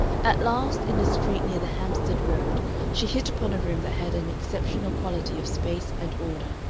at last in a street near the hampstead road she hit upon a room that had an exceptional quality of space and order,